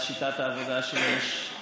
בשיטת העבודה שיש,